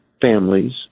families